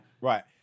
Right